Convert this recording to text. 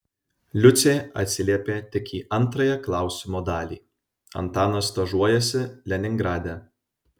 liucė atsiliepė tik į antrąją klausimo dalį antanas stažuojasi leningrade